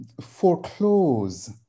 foreclose